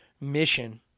mission